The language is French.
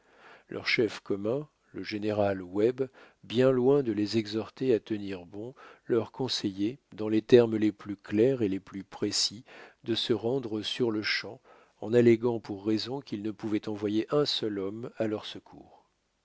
leur chef commun le général webb bien loin de les exhorter à tenir bon leur conseillait dans les termes les plus clairs et les plus précis de se rendre sur-le-champ en alléguant pour raison qu'il ne pouvait envoyer un seul homme à leur secours